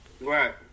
Right